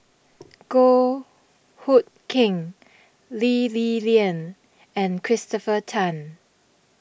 Goh Hood Keng Lee Li Lian and Christopher Tan